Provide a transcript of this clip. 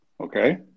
Okay